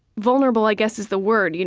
vulnerable, i guess, is the word. you know